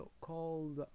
called